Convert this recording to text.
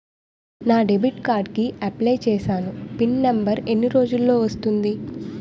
నా debit card కి apply చూసాను పిన్ నంబర్ ఎన్ని రోజుల్లో వస్తుంది?